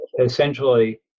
essentially